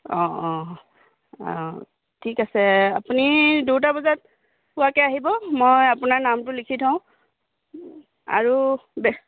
অঁ অঁ অঁ ঠিক আছে আপুনি দুটা বজাত পোৱাকৈ আহিব মই আপোনাৰ নামটো লিখি থওঁ আৰু বে